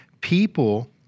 People